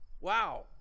Wow